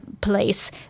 place